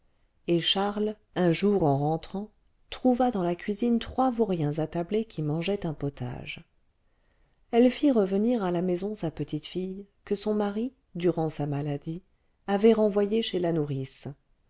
et charles un jour en rentrant trouva dans la cuisine trois vauriens attablés qui mangeaient un potage elle fit revenir à la maison sa petite fille que son mari durant sa maladie avait renvoyée chez la nourrice